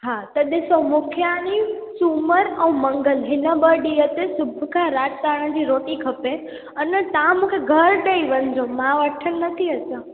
हा त ॾिसो मूंखे आहे नी सूमरु ऐं मंगलु हिन ॿ ॾींहं ते सुबुह खां राति तव्हांजी रोटी खपे अने तव्हां मूंखे घरु ॾेई वञिजो मां वठण नथी अचां